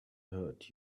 hurt